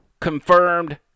Confirmed